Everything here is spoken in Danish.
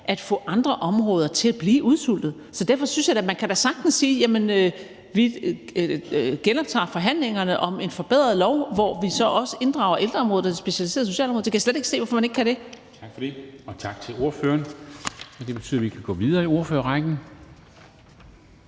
at få andre områder til at blive udsultet, så derfor synes jeg da, at man sagtens kan sige, at vi genoptager forhandlingerne om en forbedret lov, hvor vi så også inddrager ældreområdet og det specialiserede socialområde. Det kan jeg slet ikke se hvorfor man ikke kan. Kl. 18:01 Formanden (Henrik Dam Kristensen): Tak for det, og tak til ordføreren. Det betyder, at vi kan gå videre i ordførerrækken